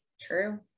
True